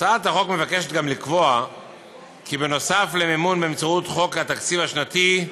הצעת החוק מבקשת גם כי בנוסף למימון באמצעות חוק התקציב השנתי,